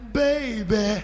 baby